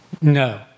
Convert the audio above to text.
No